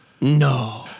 No